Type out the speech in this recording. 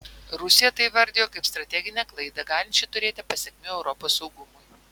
rusija tai įvardijo kaip strateginę klaidą galinčią turėti pasekmių europos saugumui